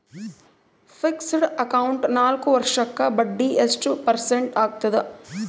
Fixed account ನಾಲ್ಕು ವರ್ಷಕ್ಕ ಬಡ್ಡಿ ಎಷ್ಟು ಪರ್ಸೆಂಟ್ ಆಗ್ತದ?